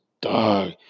dog